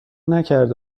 نکرده